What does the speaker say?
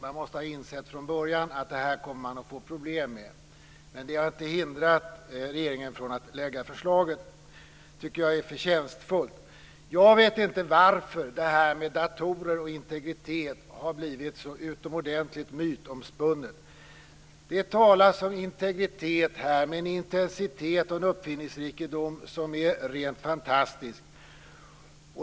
Man måste ha insett från början att man skulle få problem med detta. Men det har inte hindrat regeringen från att lägga fram förslaget. Det tycker jag är förtjänstfullt. Jag vet inte varför datorer och integritet har blivit så utomordentligt mytomspunnet. Det talas om integritet med en intensitet och en uppfinningsrikedom som är rent fantastisk.